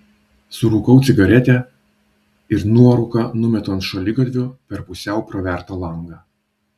surūkau cigaretę ir nuorūką numetu ant šaligatvio per pusiau pravertą langą